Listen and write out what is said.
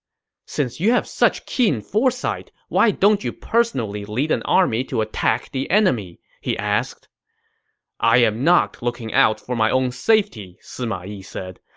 since you have such keen foresight, why don't you personally lead an army to attack the enemy? he asked i am not looking out for my own safety, sima yi said.